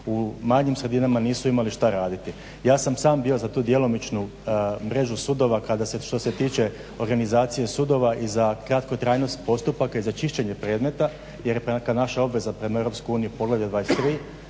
u manjim sredinama nisu imali šta raditi. Ja sam sam bio za tu djelomičnu mrežu sudova kada se što se tiče organizacije sudova i za kratkotrajnost postupaka i za čišćenje predmeta jer je neka naša obveza prema EU poglavlje